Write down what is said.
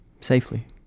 Safely